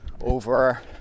over